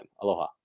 Aloha